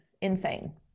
insane